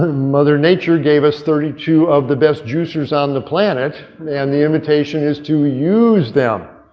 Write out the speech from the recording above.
mother nature gave us thirty two of the best juicers on the planet and the invitation is to use them.